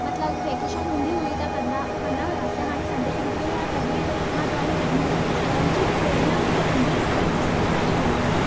मतलबु वैकेशन हूंदी हुई त कंदा कंदा हुयासीं हाणे संडे संडे जो या कॾहिं मां ड्रॉइंग कंदी आहियां ड्रॉइंग जी प्रेरणा मूंखे इंडियन आटीस्ट खां ई मिली आहे